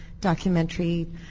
documentary